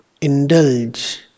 indulge